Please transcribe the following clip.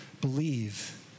believe